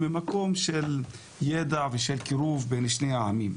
ממקום של ידע ושל קירוב בין שני העמים.